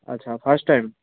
ଆଚ୍ଛା first time